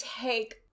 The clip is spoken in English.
take